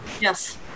Yes